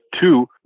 two